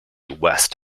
west